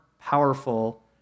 powerful